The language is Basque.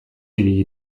ibili